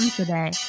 today